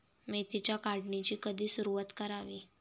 मेथीच्या काढणीची कधी सुरूवात करावी?